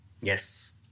Yes